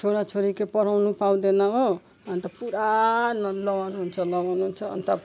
छोराछोरीको पढाउनु पाउँदैन हो अन्त पुरा न लोन हुन्छ लोन हुन्छ अन्त